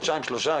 חודשיים-שלושה?